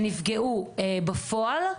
שנפגעו, בפועל,